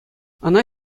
ӑна